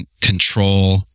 control